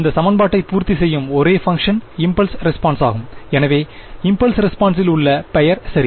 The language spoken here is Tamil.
இந்த சமன்பாட்டை பூர்த்திசெய்யும் ஒரே பங்க்ஷன் இம்பல்ஸ் ரெஸ்பான்சாகும் எனவே இம்பல்ஸ் ரெஸ்பான்ஸில் உள்ள பெயர் சரி